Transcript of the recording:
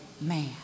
man